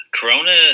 Corona